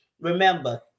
remember